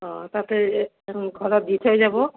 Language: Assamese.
অ' তাতেই অ' ঘৰত দি থৈ যাব